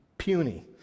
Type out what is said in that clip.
Puny